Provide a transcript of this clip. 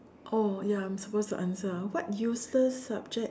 oh ya I'm supposed to answer ah what useless subject